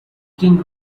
king